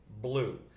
Blue